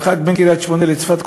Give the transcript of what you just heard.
המרחק בין קריית-שמונה לצפת,